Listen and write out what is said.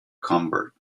convert